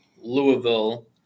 Louisville